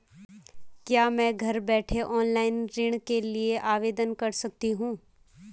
क्या मैं घर बैठे ऑनलाइन ऋण के लिए आवेदन कर सकती हूँ?